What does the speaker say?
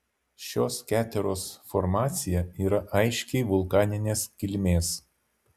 šios keteros formacija yra aiškiai vulkaninės kilmės